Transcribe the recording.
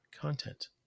content